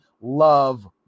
love